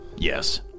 Yes